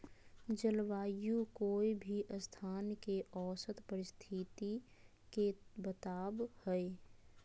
जलवायु कोय भी स्थान के औसत परिस्थिति के बताव हई